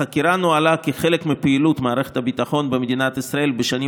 החקירה נוהלה כחלק מפעילות מערכת הביטחון במדינת ישראל בשנים